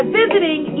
visiting